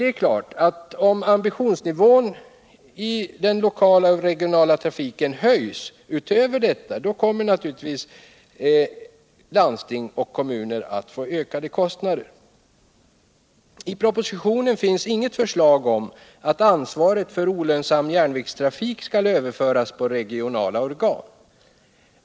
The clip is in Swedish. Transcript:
Det är först när ambitionsnivån i den lokala och regionala trafiken höjs väsentligt som kommuner och landsting kan komma att få ökade kostnader för trafiken. I propositionen finns inget förslag om att ansvaret för olönsam järnvägstrafik skall överföras på regionala organ.